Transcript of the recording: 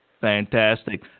Fantastic